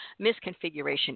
misconfiguration